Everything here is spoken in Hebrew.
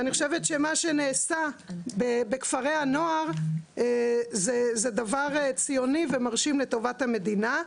מה שנעשה בכפרי הנוער הוא דבר ציוני ומרשים לטובת המדינה.